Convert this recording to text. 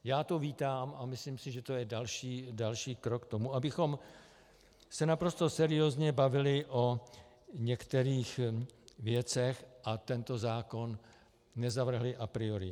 Já to vítám a myslím si, že to je další krok k tomu, abychom se naprosto seriózně bavili o některých věcech a tento zákon nezavrhli a priori.